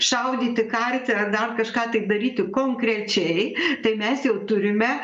šaudyti karti ar dar kažką tai daryti konkrečiai tai mes jau turime